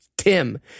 Tim